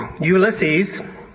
Ulysses